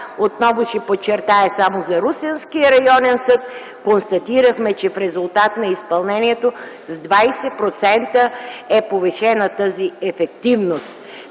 Отново ще подчертая, само за Русенския районен съд констатирахме, че в резултат на изпълнението с 20% е повишена тази ефективност,